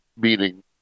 meaning